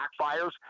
backfires